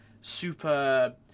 super